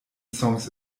songs